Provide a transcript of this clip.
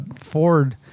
Ford